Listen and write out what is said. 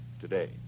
today